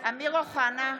אמיר אוחנה,